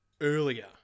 earlier